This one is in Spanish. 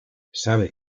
sabe